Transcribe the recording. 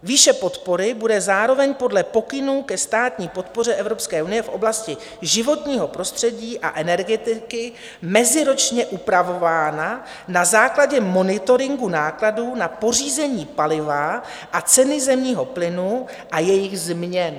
Výše podpory bude zároveň podle pokynů ke státní podpoře Evropské unie v oblasti životního prostředí a energetiky meziročně upravována na základě monitoringu nákladů na pořízení paliva a ceny zemního plynu a jejich změn.